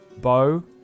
Bo